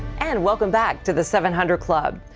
and welcome back to the seven hundred club.